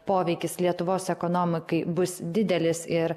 poveikis lietuvos ekonomikai bus didelis ir